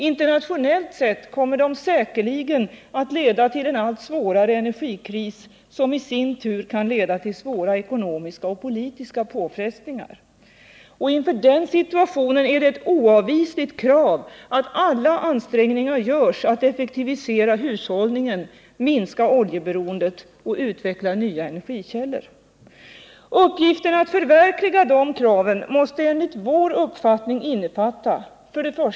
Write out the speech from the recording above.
Internationellt sett kommer det säkerligen att leda till en allt svårare energikris som i sin tur kan leda till svåra ekonomiska och politiska påfrestningar. Inför den situationen är det ett oavvisligt krav att alla ansträngningar görs för att effektivisera hushållningen, minska oljeberoendet och utveckla nya energikällor. Uppgifterna att förverkliga de kraven måste enligt vår uppfattning innefatta olika punkter. 1.